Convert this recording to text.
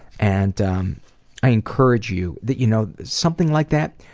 and um i encourage you that you know something like that,